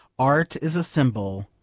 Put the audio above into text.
art is a symbol,